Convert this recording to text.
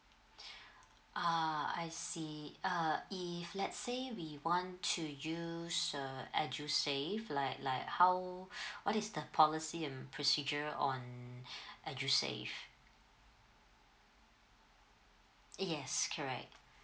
uh I see uh if let's say we want to use uh edusave like like how what is the policy and procedure on edusave yes correct